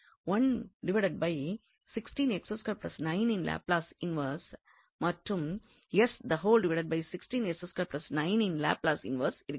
யின் Laplace inverse மற்றும் யின் லாப்லஸ் இன்வெர்ஸ் இருக்கிறது